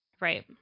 right